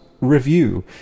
review